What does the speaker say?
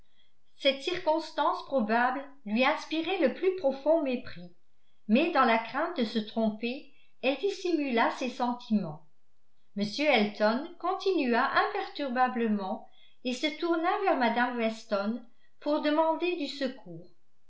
cette circonstance probable lui inspirait le plus profond mépris mais dans la crainte de se tromper elle dissimula ses sentiments m elton continua imperturbablement et se tourna vers mme weston pour demander du secours